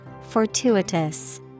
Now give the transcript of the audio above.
Fortuitous